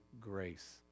grace